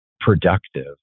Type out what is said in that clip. productive